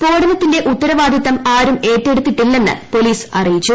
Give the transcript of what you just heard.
സ്ഫോടനത്തിന്റെ ഉത്തരവാദിത്തം ആരും ഏറ്റെടുത്തിട്ടില്ലെന്ന് പോലീസ് അറിയിച്ചു